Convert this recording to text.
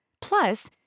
Plus